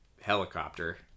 helicopter